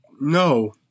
No